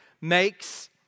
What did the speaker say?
makes